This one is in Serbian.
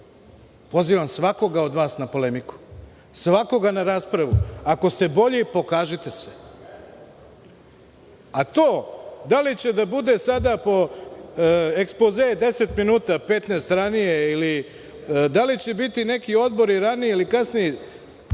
Pozivam svakoga od vas na polemiku. Svakoga na raspravu, ako ste bolji pokažite se.A to, da li će da bude sada ekspoze deset minuta, petnaest, ranije, ili da li će biti neki odbori ranije ili kasnije,